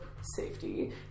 safety